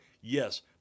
yes